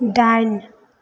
डाइन